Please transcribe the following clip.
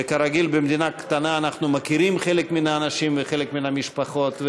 וכרגיל במדינה קטנה אנחנו מכירים חלק מן האנשים וחלק מן המשפחות.